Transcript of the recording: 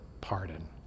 pardon